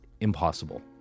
impossible